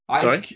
Sorry